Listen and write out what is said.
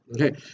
okay